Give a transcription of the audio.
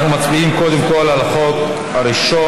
אנחנו מצביעים קודם על החוק הראשון,